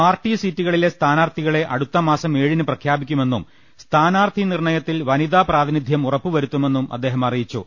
party സീറ്റുകളിലെ സ്ഥാനാർഥികളെ അടുത്തമാസം ഏഴിന് പ്രഖ്യാപിക്കുമെന്നും സ്ഥാനാർഥി നിർണയത്തിൽ വനിതാപ്രാതി നിധ്യം ഉറപ്പു വരുത്തുമെന്നും അദ്ദേഹം അറിയിച്ചു